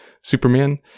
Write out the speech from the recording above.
superman